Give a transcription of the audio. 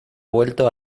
vuelto